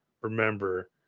remember